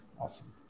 Awesome